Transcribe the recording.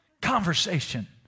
Conversation